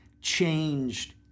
changed